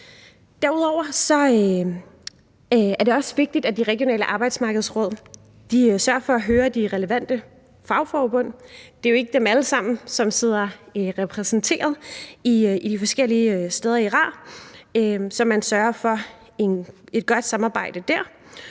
Derudover er det også vigtigt, at de regionale arbejdsmarkedsråd sørger for at høre de relevante fagforbund, for det er ikke dem alle sammen, der er repræsenteret de forskellige steder i RAR, så man sørger for et godt samarbejde der.